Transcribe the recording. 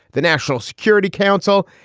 the national security council.